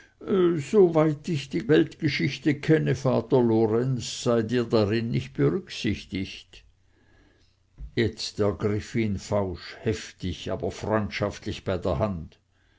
soweit ich die weltgeschichte kenne vater lorenz seid ihr darin nicht berücksichtigt jetzt ergriff ihn fausch heftig aber freundschaftlich bei der hand